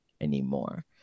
anymore